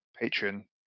patron